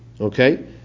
Okay